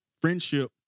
friendship